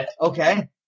Okay